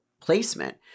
placement